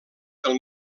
del